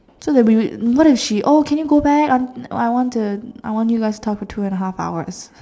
so that we would what if she oh can you go back I I want to I want you guys to talk for two and a half hours